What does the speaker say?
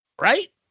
Right